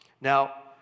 Now